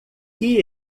que